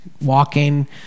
walking